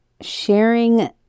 sharing